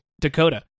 Dakota